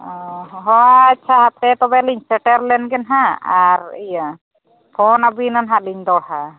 ᱟᱪᱪᱷᱟ ᱦᱟᱯᱮ ᱛᱚᱵᱮ ᱞᱤᱧ ᱥᱮᱴᱮᱨ ᱞᱮᱱᱜᱮ ᱦᱟᱸᱜ ᱟᱨ ᱤᱭᱟᱹ ᱯᱷᱚ ᱟᱵᱤᱱᱟᱞᱤᱧ ᱫᱚᱦᱲᱟ